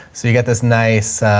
so you get this nice,